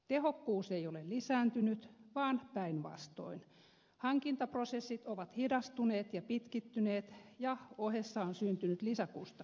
tehokkuus ei ole lisääntynyt vaan päinvastoin hankintaprosessit ovat hidastuneet ja pitkittyneet ja ohessa on syntynyt lisäkustannuksia